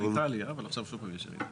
הייתה עלייה אבל עכשיו שוב פעם יש ירידה.